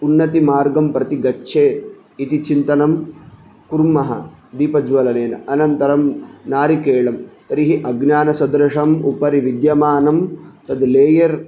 उन्नतिमार्गं प्रति गच्छेत् इति चिन्तनं कुर्मः दीपज्वलनेन अनन्तरं नारिकेळं तर्हि अज्ञानसदृशम् उपरि विद्यमानं तद् लेयर्